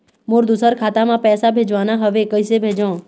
मोर दुसर खाता मा पैसा भेजवाना हवे, कइसे भेजों?